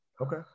Okay